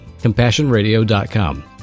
CompassionRadio.com